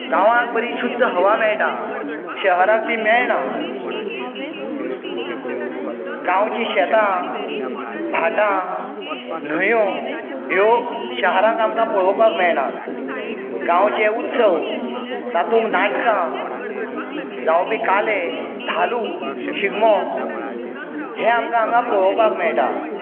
गांवांत बरी शुद्ध हवा मेळटा शहरांत ती मेळना गांवची शेतां भाटां न्हंयो ह्यो शहारांत आमकां पळोवपाक मेळना गांवचे उत्सव तातूंत नाटकां जावपी काले धालो शिगमो हे आमकां हांगा पळोवपाक मेळटा